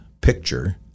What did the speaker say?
picture